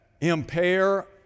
impair